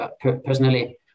personally